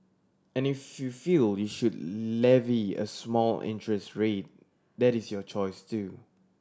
and if you feel you should levy a small interest rate that is your choice too